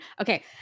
Okay